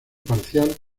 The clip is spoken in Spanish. parcial